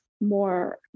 more